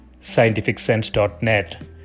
scientificsense.net